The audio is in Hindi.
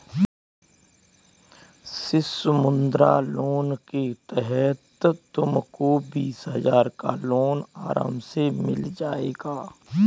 शिशु मुद्रा लोन के तहत तुमको बीस हजार का लोन आराम से मिल जाएगा